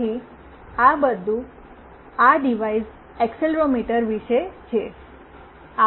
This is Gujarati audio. તેથી આ બધું આ ડિવાઇસ એક્સેલરોમીટર વિશે છે